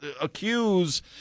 accuse